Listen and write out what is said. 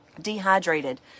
dehydrated